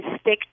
stick